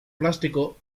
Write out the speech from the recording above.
plástico